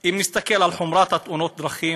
אם נסתכל על חומרת תאונות הדרכים,